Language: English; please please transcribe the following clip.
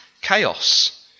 chaos